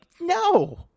no